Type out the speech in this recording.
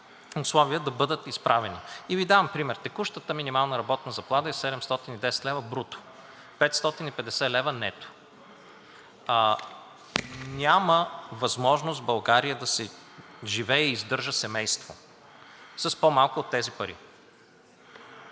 условия да бъдат изправени. Давам Ви пример. Текущата минимална работна заплата е 710 лв. бруто – 550 лв. нето. Няма възможност в България да се живее и издържа семейство с по-малко от тези пари.